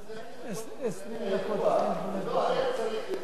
לא היה צריך לתפוס אותו,